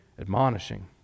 Admonishing